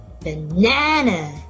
Banana